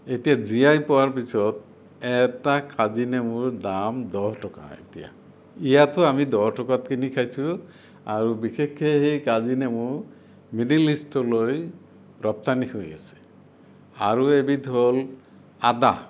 এতিয়া GI পোৱাৰ পিছত এটা কাজী নেমুৰ দাম দহ টকা এতিয়া ইয়াতো আমি দহ টকাত কিনি খাইছোঁ আৰু বিশেষকে এই কাজী নেমু মিডিল ইষ্টলৈ ৰপ্তানি হৈ আছে আৰু এবিধ হ'ল আদা